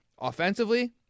offensively